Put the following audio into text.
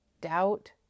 doubt